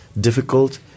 difficult